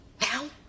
Now